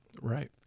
Right